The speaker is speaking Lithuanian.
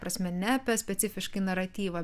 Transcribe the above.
prasme ne apie specifiškai naratyvą